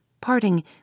parting